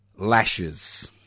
Lashes